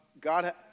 God